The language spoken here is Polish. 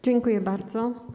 Dziękuję bardzo.